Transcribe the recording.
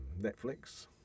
Netflix